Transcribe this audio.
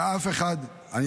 שאף אחד --- מה הכבוד למת?